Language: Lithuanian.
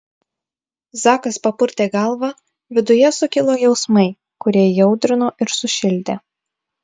zakas papurtė galvą viduje sukilo jausmai kurie įaudrino ir sušildė